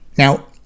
Now